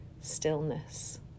stillness